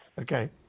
Okay